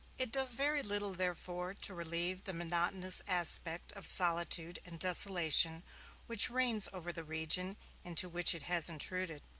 it does very little, therefore, to relieve the monotonous aspect of solitude and desolation which reigns over the region into which it has intruded.